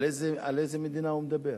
על איזה מדינה הוא מדבר?